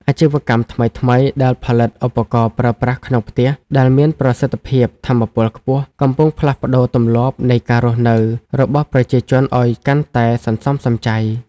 អាជីវកម្មថ្មីៗដែលផលិតឧបករណ៍ប្រើប្រាស់ក្នុងផ្ទះដែលមានប្រសិទ្ធភាពថាមពលខ្ពស់ កំពុងផ្លាស់ប្តូរទម្លាប់នៃការរស់នៅរបស់ប្រជាជនឱ្យកាន់តែសន្សំសំចៃ។